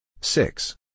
six